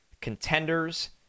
contenders